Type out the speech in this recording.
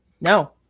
No